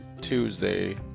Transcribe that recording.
Tuesday